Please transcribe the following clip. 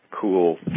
cool